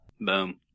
boom